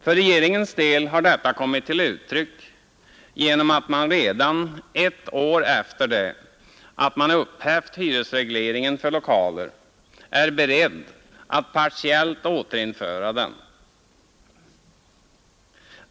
För regeringens del har detta kommit till uttryck genom att man redan ett år efter det man upphävt hyresregleringen för lokaler är beredd att partiellt återinföra den.